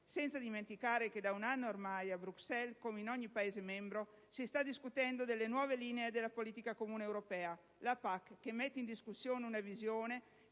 Senza dimenticare che da un anno ormai a Bruxelles, come in ogni Paese membro, si sta discutendo delle nuove linee della Politica agricola comune, la PAC, che mette in discussione una visione